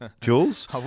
Jules